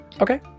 Okay